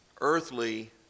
earthly